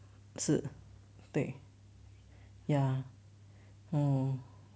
是对 ya oh